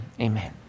amen